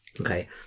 Okay